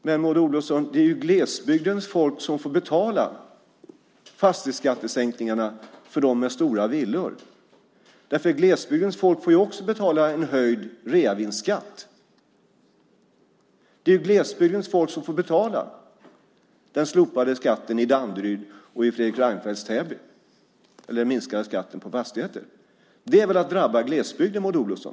Men, Maud Olofsson, det är glesbygdens folk som får betala fastighetsskattesänkningarna för dem med stora villor. Glesbygdens folk får ju också betala en höjd reavinstskatt. Det är glesbygdens folk som får betala den minskade skatten på fastigheter i Danderyd och i Fredrik Reinfeldts Täby. Det är väl att drabba glesbygden, Maud Olofsson.